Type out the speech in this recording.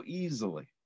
easily